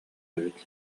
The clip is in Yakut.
эбит